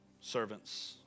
servants